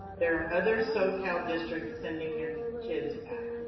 there are other socal districts sending their kids back.